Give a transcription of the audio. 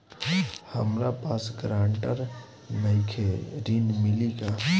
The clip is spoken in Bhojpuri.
हमरा पास ग्रांटर नईखे ऋण मिली का?